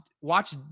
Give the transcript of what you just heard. watch